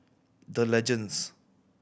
The Legends